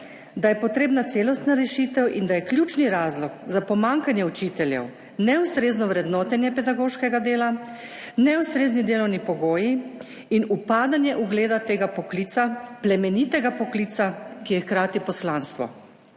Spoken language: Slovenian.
da je potrebna celostna rešitev in da je ključni razlog za pomanjkanje učiteljev neustrezno vrednotenje pedagoškega dela, neustrezni delovni pogoji in upadanje ugleda tega poklica, plemenitega poklica, ki je hkrati poslanstvo.